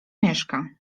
mieszka